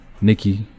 Nikki